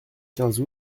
quinze